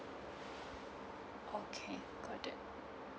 okay got it